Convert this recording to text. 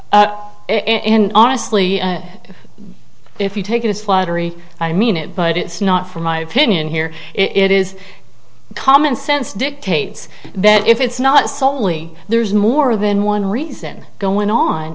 same and honestly if you take it as flattery i mean it but it's not for my opinion here it is common sense dictates that if it's not solely there's more than one reason going on